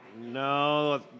No